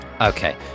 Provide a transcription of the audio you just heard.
Okay